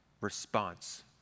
response